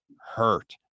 hurt